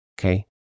Okay